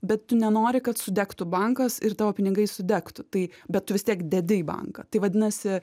bet tu nenori kad sudegtų bankas ir tavo pinigai sudegtų tai bet tu vis tiek dedi į banką tai vadinasi